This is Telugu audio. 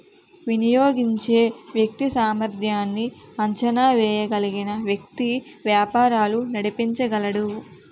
వినియోగించే వ్యక్తి సామర్ధ్యాన్ని అంచనా వేయగలిగిన వ్యక్తి వ్యాపారాలు నడిపించగలడు